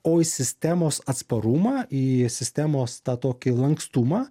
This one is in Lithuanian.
o į sistemos atsparumą į sistemos tą tokį lankstumą